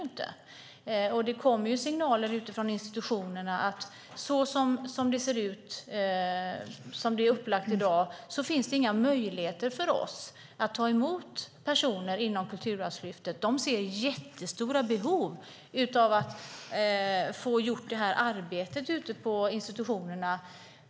Det kommer signaler från institutionerna att dagens upplägg inte ger dem möjligheter att ta emot personer inom ramen för Kulturarvslyftet. De ser stora behov av att få arbetet gjort på institutionerna.